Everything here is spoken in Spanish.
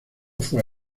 fue